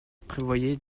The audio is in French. prévoyait